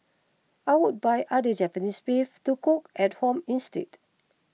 I would buy other Japanese beef to cook at home instead